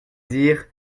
dire